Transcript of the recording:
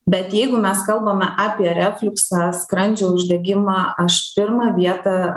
bet jeigu mes kalbame apie refliuksą skrandžio uždegimą aš pirmą vietą